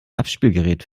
abspielgerät